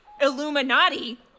Illuminati